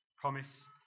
promise